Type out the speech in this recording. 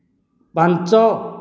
ପାଞ୍ଚ